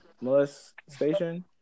molestation